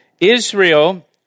Israel